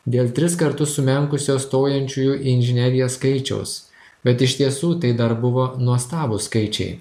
dėl tris kartus sumenkusio stojančiųjų į inžineriją skaičiaus bet iš tiesų tai dar buvo nuostabūs skaičiai